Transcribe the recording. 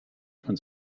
von